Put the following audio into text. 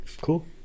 Cool